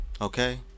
Okay